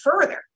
further